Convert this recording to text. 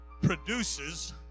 produces